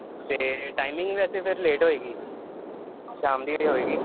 ਅਤੇ ਟਾਈਮਿੰਗ ਵੈਸੇ ਫਿਰ ਲੇਟ ਹੋਵੇਗੀ ਸ਼ਾਮ ਦੀ ਹੋਵੇਗੀ